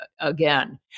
again